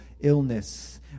illness